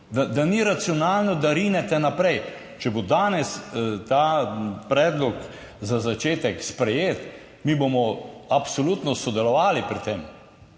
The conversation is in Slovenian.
Da ni racionalno, da rinete naprej. Če bo danes ta predlog za začetek sprejet, mi bomo absolutno sodelovali pri tem,